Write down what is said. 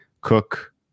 Cook